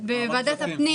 הפנים.